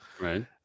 Right